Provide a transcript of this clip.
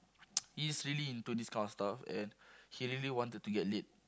he's really into this kind of stuff and he really wanted to get laid